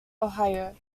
ohio